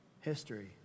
History